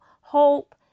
hope